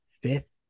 fifth